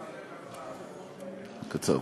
קצר.